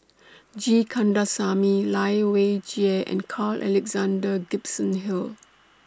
G Kandasamy Lai Weijie and Carl Alexander Gibson Hill